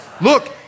look